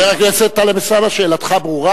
חבר הכנסת טלב אלסאנע, שאלתך ברורה.